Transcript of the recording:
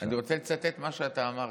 אני רוצה לצטט מה שאתה אמרת,